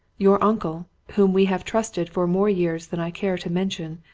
your uncle, whom we have trusted for more years than i care to mention,